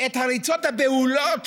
את הריצות הבהולות